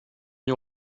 you